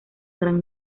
gran